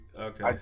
okay